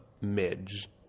Midge